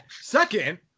Second